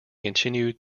continued